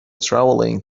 travelling